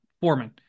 Foreman